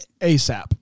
ASAP